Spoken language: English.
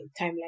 timeline